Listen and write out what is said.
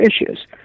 issues